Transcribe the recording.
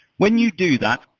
when you do that,